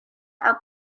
are